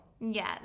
yes